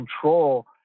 control